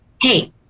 hey